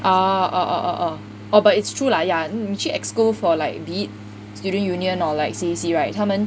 oh oh oh oh oh orh but it's true lah 你去 EXCO for like lead student union or like C_A_C right 他们